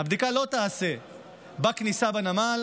הבדיקה לא תיעשה בכניסה לנמל.